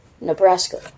Nebraska